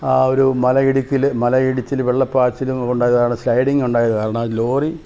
ആ ഒരു മലയിടുക്കില് മലയിടിച്ചില് വെള്ളപ്പാച്ചിലുകൊണ്ട് കാരണം സ്ലൈഡിങ്ങുണ്ടായതു കൊണ്ട് കാരണമാ ലോറി